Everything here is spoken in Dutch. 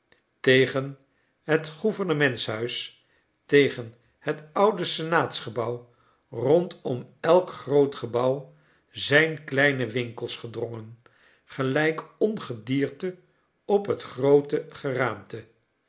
tegen het gouvernementshuis tegen het oude senaatsgebouw rondom elk groot gebouw zijn kleine winkels gedrongen gelijk ongedierte op het groote geraamte